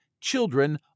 children